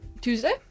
Tuesday